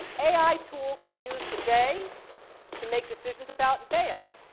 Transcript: ai tools are used today to make decisions about bail.